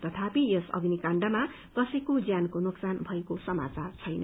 तथापि यस अग्नि काण्डमा कसैको ज्यानको नोकसान भएका पत्राचार छैन